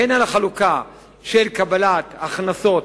הן לחלוקה של קבלת הכנסות,